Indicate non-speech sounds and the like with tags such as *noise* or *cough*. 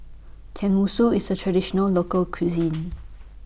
Tenmusu IS A Traditional Local Cuisine *noise*